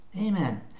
Amen